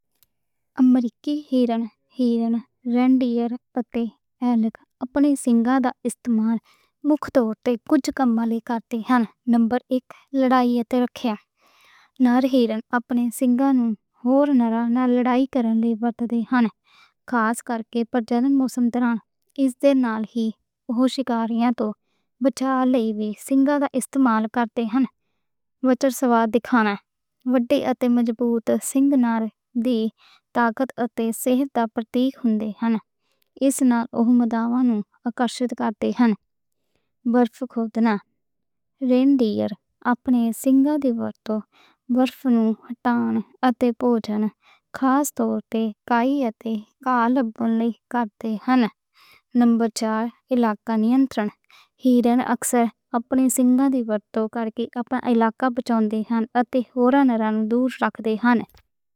امریکی ہرن، رینڈیئر، کارِبو یا ایلک اپنے سِنگاں دا۔ استعمال مختلف ورتے کُجھ کمالی کاج تے ہن۔ نمبر ایک لڑائی اتے دِکھاوے نال ہرن اپنے سنگاں نوں ہور نال نال لڑائی کرن لئی ورتے ہن۔ خاص کر کے پَجنمند موسم دے نال۔ اس دے نال ہی اوہ شکاریوں توں بچاؤ لئی اتے سنگھاں دا استعمال کردے ہن۔ روچک سوبھاؤں دِکھاؤناں، وڈے مضبوط سنگھ نال طاقت اتے صحت دا پرتیک ہُندے ہن۔ اس نال اوہ وِرودھیاں نوں اکشمت کردے ہن۔ برف کھودناں، رینڈیئر اپنے سنگھاں تے برف نوں ہٹا کے بوجن، خاص طور تے کائی اتے کلبُرن، کردے ہن۔ نمبر چار علاقہ نینترن، ہرن اکثر اپنے سنگھاں دے ورتے کرکے اپنا علاقہ بچاؤندے ہن۔ اتے ہوراں نوں دُور رکھدے ہن۔